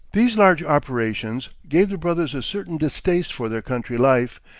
these large operations gave the brothers a certain distaste for their country life,